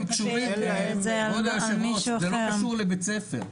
כבוד היו"ר, זה לא קשור לבית ספר.